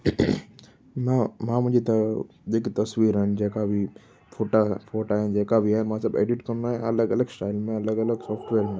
मां मां मुंहिंजी त जेकी तस्वीर आहिनि जेका बि फ़ोटा फ़ोटा ऐं जेका बि आहिनि मां सभु एडिट कंदो आहियां अलॻि अलॻि स्टाइल में अलॻि अलॻि सॉफ्टवेयर में